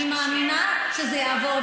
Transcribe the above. אני מאמינה שזה יעבור.